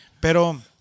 Pero